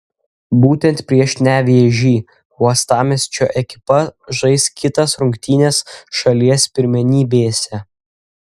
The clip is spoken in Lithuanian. būtent prieš nevėžį uostamiesčio ekipa žais kitas rungtynes šalies pirmenybėse